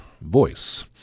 voice